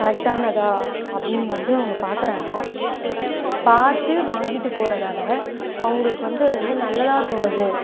கரெக்டானதா அப்படின்னு வந்து அவங்க பார்க்குறாங்க பார்த்து வாங்கிட்டு போறதால் அவங்களுக்கு வந்து அது வந்து நல்லதாக தோணுது